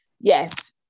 Yes